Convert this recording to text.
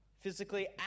physically